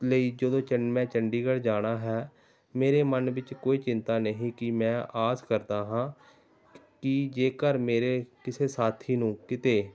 ਲਈ ਜਦੋਂ ਚੰ ਮੈਂ ਚੰਡੀਗੜ੍ਹ ਜਾਣਾ ਹੈ ਮੇਰੇ ਮਨ ਵਿੱਚ ਕੋਈ ਚਿੰਤਾ ਨਹੀਂ ਕਿ ਮੈਂ ਆਸ ਕਰਦਾ ਹਾਂ ਕਿ ਜੇਕਰ ਮੇਰੇ ਕਿਸੇ ਸਾਥੀ ਨੂੰ ਕਿਤੇ